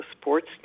sports